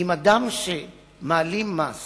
אם אדם שמעלים מס